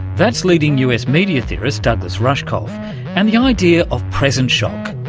that's leading us media theorist douglas rushkoff and the idea of present shock.